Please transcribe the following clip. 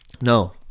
No